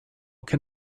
can